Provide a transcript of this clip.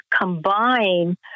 combine